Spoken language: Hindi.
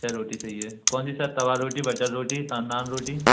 छः रोटी चाहिए कौन सी सर तवा रोटी बटर रोटी न नान रोटी